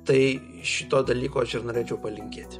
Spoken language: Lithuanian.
tai šito dalyko aš ir norėčiau palinkėti